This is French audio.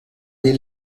des